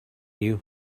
you